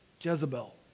Jezebel